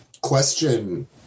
question